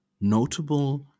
notable